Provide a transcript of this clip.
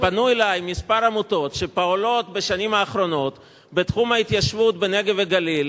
כמה עמותות שפועלות בשנים האחרונות בתחום ההתיישבות בנגב ובגליל,